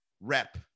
Rep